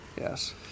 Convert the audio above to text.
Yes